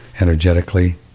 energetically